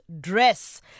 dress